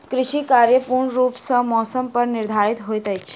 कृषि कार्य पूर्ण रूप सँ मौसम पर निर्धारित होइत अछि